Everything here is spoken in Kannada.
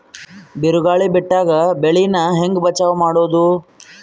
ಬಿರುಗಾಳಿ ಬಿಟ್ಟಾಗ ಬೆಳಿ ನಾ ಹೆಂಗ ಬಚಾವ್ ಮಾಡೊದು?